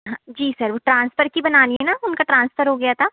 हाँ जी सर वो ट्रांसफर की बनानी है उनका ट्रांसफर हो गया था